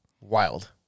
Wild